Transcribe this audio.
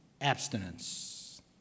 abstinence